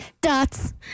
Dots